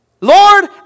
Lord